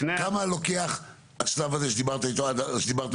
כמה לוקח השלב הזה שדיברת עד עכשיו,